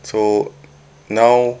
so now